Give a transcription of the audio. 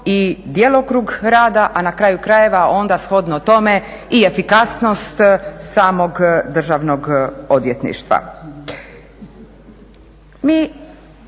i djelokrug rada, a na kraju krajeva onda shodno tome i efikasnost samog Državnog odvjetništva.